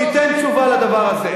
תיתן תשובה לדבר הזה.